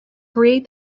create